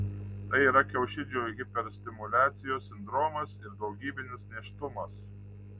tai yra kiaušidžių hiperstimuliacijos sindromas ir daugybinis nėštumas